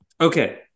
okay